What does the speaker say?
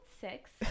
six